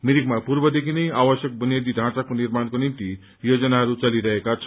मिरिकमा पूर्वदेखि नै आवश्यक बुनियादी ढ़ाँचाको निर्माणका निम्ति योजनाहरू चलिरहेको छ